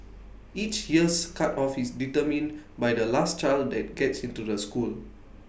each year's cut off is determined by the last child that gets into the school